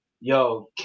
yo